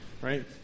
right